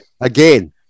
Again